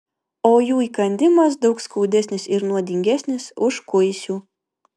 o jų įkandimas daug skaudesnis ir nuodingesnis už kuisių